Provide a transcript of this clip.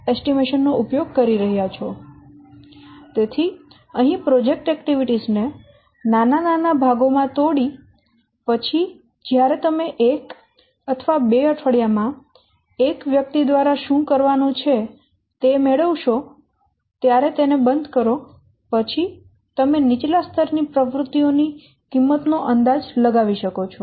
તેથી અહીં પ્રોજેક્ટ પ્રવૃત્તિઓ ને નાના નાના ભાગોમાં તોડી પછી જ્યારે તમે એક અથવા બે અઠવાડિયામાં એક વ્યક્તિ દ્વારા શું કરવાનું છે તે મેળવશો ત્યારે તેને બંધ કરો પછી તમે નીચલા સ્તર ની પ્રવૃત્તિઓની કિંમત નો અંદાજ લગાવી શકો છો